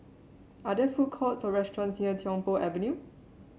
are there food courts or restaurants near Tiong Poh Avenue